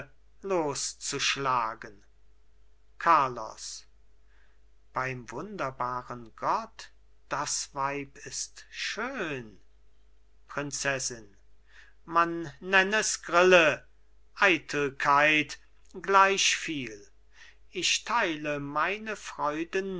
loszuschlagen carlos beim wunderbaren gott das weib ist schön prinzessin man nenn es grille eitelkeit gleichviel ich teile meine